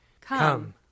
Come